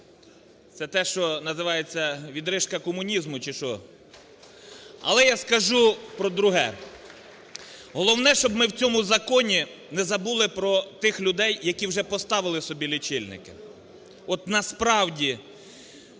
Це те, що називається "відрижка комунізму" чи що? Але я скажу про друге. Головне, щоб ми в цьому законі не забули про тих людей, які вже поставили собі лічильники. От насправді,